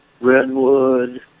redwood